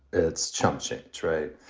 it's chump change. right.